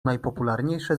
najpopularniejsze